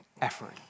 effort